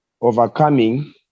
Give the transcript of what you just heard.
Overcoming